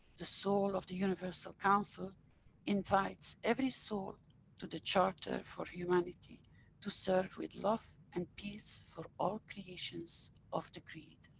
the soul of the universal council invites every soul to the charter for humanity to serve with love and peace for all creations of the creator.